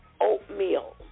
oatmeal